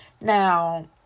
Now